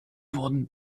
wurden